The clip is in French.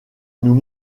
nous